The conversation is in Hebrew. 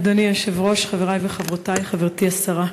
אדוני היושב-ראש, חברי וחברותי, חברתי השרה,